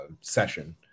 session